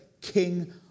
king